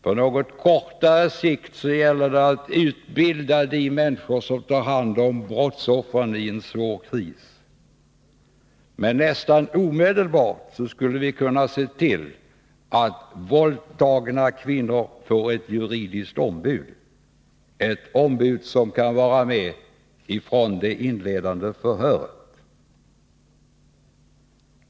På något kortare sikt gäller det att utbilda de människor som tar hand om brottsoffren i en svår kris. Men nästan omedelbart skulle vi kunna se till att våldtagna kvinnor får ett juridiskt ombud, ett ombud som kan vara med från det inledande förhöret.